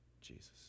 Jesus